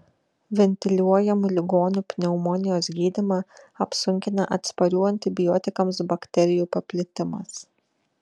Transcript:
ventiliuojamų ligonių pneumonijos gydymą apsunkina atsparių antibiotikams bakterijų paplitimas